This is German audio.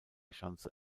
schanze